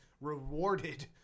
rewarded